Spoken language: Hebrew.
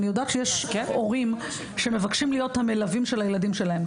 אני יודעת שיש הורים שמבקשים להיות המלווים של הילדים שלהם.